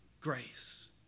grace